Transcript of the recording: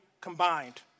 combined